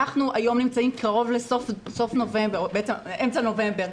אנחנו נמצאים היום באמצע נובמבר.